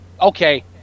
okay